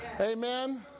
Amen